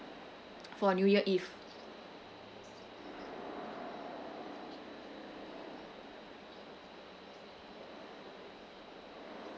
for new year eve